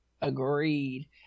Agreed